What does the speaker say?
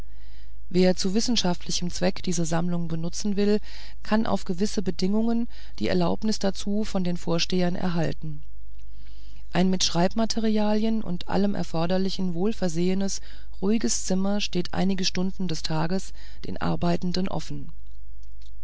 wer zu wissenschaftlichem zwecke diese sammlungen benutzen will kann auf gewisse bedingungen die erlaubnis dazu von den vorstehern erhalten ein mit schreibmaterialien und allem erforderlichen wohlversehenes ruhiges zimmer steht einige stunden des tages den arbeitenden offen